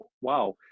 wow